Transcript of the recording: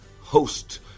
host